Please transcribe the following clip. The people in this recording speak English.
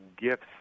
gifts